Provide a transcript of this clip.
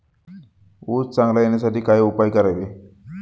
ऊस चांगला येण्यासाठी काय उपाय करावे?